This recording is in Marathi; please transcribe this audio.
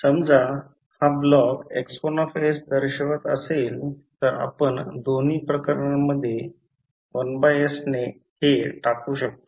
समजा हा ब्लॉक X1 दर्शवत असेल तर आपण दोन्ही प्रकरणांमध्ये 1s हे टाकू शकतो